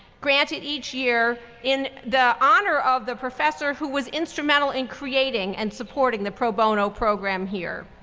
granted each year in the honor of the professor who was instrumental in creating and supporting the pro bono program here.